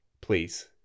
Please